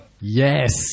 Yes